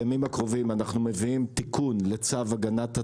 אנחנו מביאים תיקון לצו הגנת הצרכן,